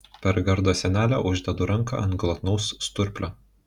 per gardo sienelę uždedu ranką ant glotnaus sturplio